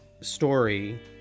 story